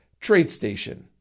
TradeStation